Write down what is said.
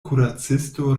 kuracisto